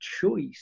choice